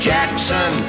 Jackson